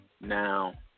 now